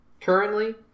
currently